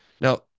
Now